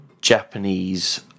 Japanese